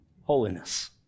holiness